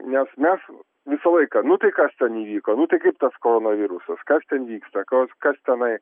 nes mes visą laiką nu tai kas ten įvyko nu tai kaip tas koronavirusas kas ten vyksta koks kas tenai